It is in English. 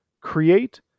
create